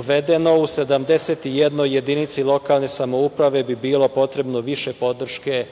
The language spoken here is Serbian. uvedeno u 71 jedinici lokalne samouprave, bi bilo potrebno više podrške,